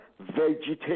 vegetation